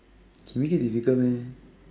can make it difficult meh